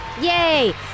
Yay